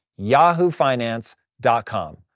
yahoofinance.com